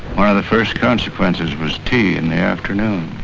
one of the first consequences was tea in the afternoon,